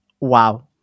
wow